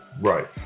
right